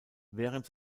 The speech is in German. während